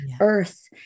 earth